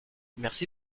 merci